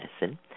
medicine